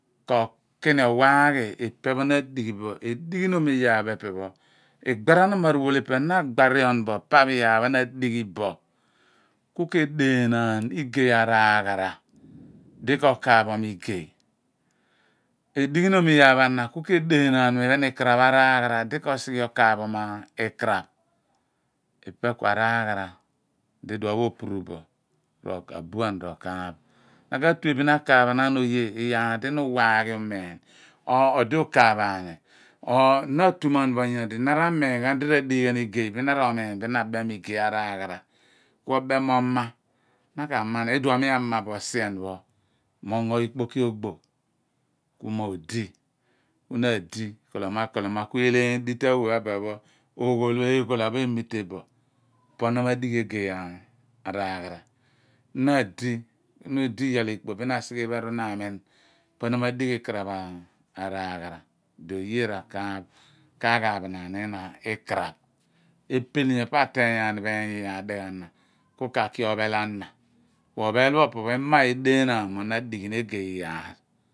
Ko kini owaghi ipe pho na adighi bo edighinom iyaar pho epe pho, igbaranom aruwol ipe na agbar ion bu pa pho iyaar pho na adighi bo ku ke edenaan igay araghara di ko kaaph ghan mo igay edighinom iyaar pho ana ku ke deenaan mo iphen ikaraph araaghara di ko sighe okaaphom ikaraph ipe ku araghaara di iduon opuru bo ku abuan ro kaaph na ka/tue bin akaaph naan oye iyaar di na uwaaghi umiin or odi ukaaph aani or na atuman bo ngoili na ra/miin di radighi ghan igey bin na ro omiin bin na bem mo igey araaghara ku obem mo ma na ka ma ni idum mi ama bo sien pho mo ongo ikpoki ogbo ku mo odii en na adi koloma koloma, ku eeleeny dita awe pho abuen pho oghol eeyhole pho emite bo po na madighi egey araaghara na adia ni udi iyal ikpo sin na asighe ipe esigha so bin na amin po na ma dighi ikaraph araaghara di oye ra kaaph ka ghaaph naan ina ikaraph epel nyopo ateeny aani bo oony iyaar dighaagh ana ku ka ki ophel ana ku ophel pho opo pho i/ma ideenaan mo na adeghi ni egey iyaari